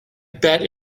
bet